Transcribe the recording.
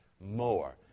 more